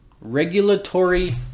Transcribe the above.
regulatory